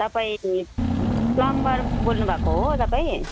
तपाईँ फ्लमबर बोल्नुभएको हो तपाईँ